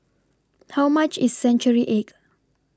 How much IS Century Egg